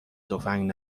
تفنگ